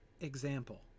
example